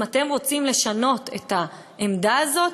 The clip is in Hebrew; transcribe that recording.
אם אתם רוצים לשנות את העמדה הזאת,